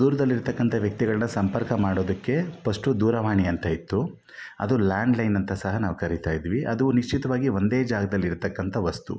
ದೂರದಲ್ಲಿರ್ತಕಂಥ ವ್ಯಕ್ತಿಗಳನ್ನ ಸಂಪರ್ಕ ಮಾಡೋದಕ್ಕೆ ಫರ್ಸ್ಟು ದೂರವಾಣಿ ಅಂತ ಇತ್ತು ಅದು ಲ್ಯಾಂಡ್ಲೈನ್ ಅಂತ ಸಹ ನಾವು ಕರೀತಾಯಿದ್ವಿ ಅದು ನಿಶ್ಚಿತವಾಗಿ ಒಂದೇ ಜಾಗದಲ್ಲಿ ಇರ್ತಕ್ಕಂಥ ವಸ್ತು